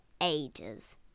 ages